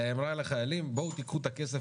אלא היא אמרה לחיילים בואו קחו את הכסף